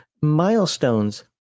milestones